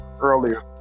earlier